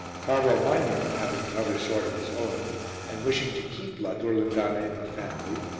carlo magno, having another sword of his own and wishing to keep la durlindana in the family,